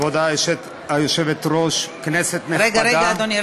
כבוד היושבת-ראש, כנסת נכבדה, רגע, רגע, אדוני.